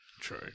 True